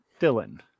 Dylan